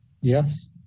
Yes